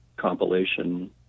compilation